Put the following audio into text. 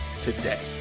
today